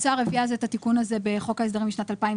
האוצר הביא אז את התיקון הזה בחוק ההסדרים בשנת 2010,